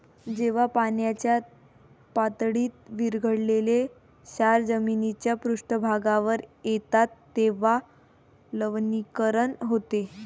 जेव्हा पाण्याच्या पातळीत विरघळलेले क्षार जमिनीच्या पृष्ठभागावर येतात तेव्हा लवणीकरण होते